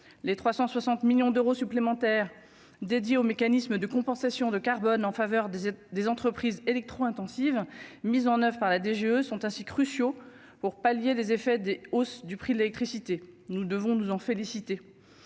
les 360 millions d'euros supplémentaires dédiés aux mécanismes de compensations de carbone en faveur des entreprises électro- intensives mises en oeuvre par là des jeux sont ainsi cruciaux pour pallier les effets des hausses du prix de l'électricité, nous devons nous en féliciter,